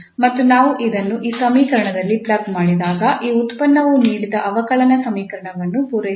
ಮತ್ತು ನಾವು ಇದನ್ನು ಈ ಸಮೀಕರಣದಲ್ಲಿ ಪ್ಲಗ್ ಮಾಡಿದಾಗ ಈ ಉತ್ಪನ್ನವು ನೀಡಿದ ಅವಕಲನ ಸಮೀಕರಣವನ್ನು ಪೂರೈಸುತ್ತದೆ